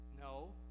No